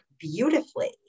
beautifully